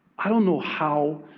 i don't know how